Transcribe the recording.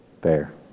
fair